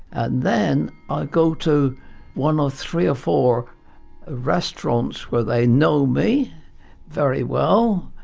and then i go to one of three or four restaurants where they know me very well